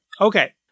Okay